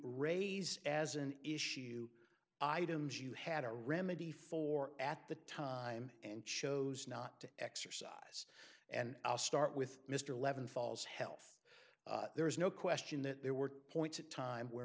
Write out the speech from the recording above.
raise as an issue items you had a remedy for at the time and chose not to exercise and i'll start with mr levin falls health there's no question that there were points in time where